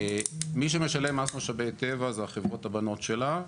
מי שמשלם מס משאבי טבע זו החברות הבנות שלה,